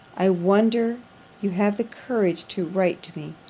i wonder you have the courage to write to me,